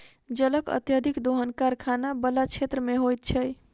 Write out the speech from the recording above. जलक अत्यधिक दोहन कारखाना बला क्षेत्र मे होइत छै